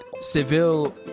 Seville